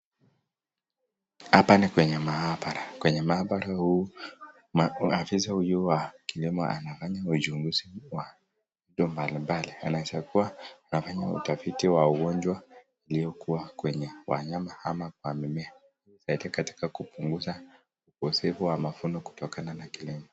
Hapa ni kwenye mahabara, kwenye mahabara huu afisa huyu wa kilimo anafanya uchunguzi wa vitu mbalimbali, anaweza kuwa anafanya utafiti wa ugonjwa uliokuwa kwenye wanyama ama kwa mimea, katika kupunguza ukosefu wa mavuno kutokana na kile.